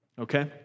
Okay